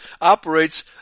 operates